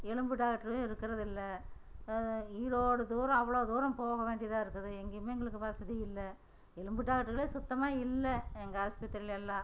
எலும்பு டாக்டரும் இருக்கறதில்லை ஈரோடு தூரம் அவ்வளோ தூரம் போக வேண்டியதாக இருக்குது எங்கேயுமே எங்களுக்கு வசதி இல்லை எலும்பு டாக்டர்களே சுத்தமாக இல்லை எங்கள் ஆஸ்பத்திரிலெல்லாம்